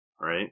right